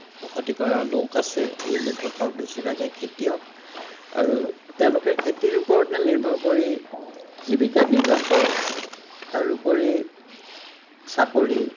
বসতি কৰা লোক আছে এই লোকসকল বেছিভাগে খেতিয়ক আৰু তেওঁলোকে খেতিৰ ওপৰতে নিৰ্ভৰ কৰি জীৱিকা নিৰ্বাহ কৰে তাৰোপৰি চাকৰি